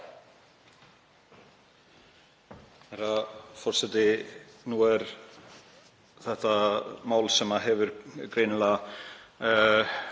Þetta er mál sem hefur greinilega